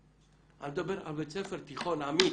אני מדבר על בית ספר תיכון אמי"ת.